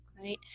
right